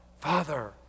Father